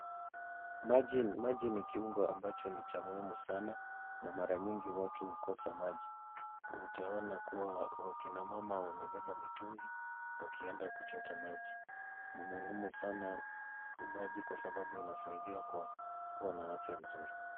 Maji ni kiungo ambacho ni cha muhimu sana na mara nyingi watu hukosa maji utaona kuwa wakina mama wamebeba mitungi